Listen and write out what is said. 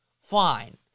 fine